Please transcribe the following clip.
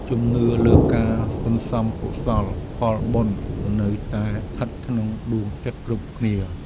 ជំនឿលើការសន្សំកុសលផលបុណ្យនៅតែស្ថិតក្នុងដួងចិត្តគ្រប់គ្នា។